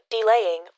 delaying